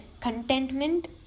contentment